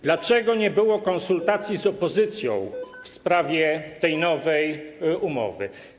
Dlaczego nie było konsultacji z opozycją w sprawie tej nowej umowy?